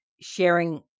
sharing